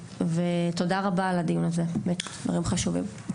ותודה רבה על הדיון הזה, באמת דברים חשובים.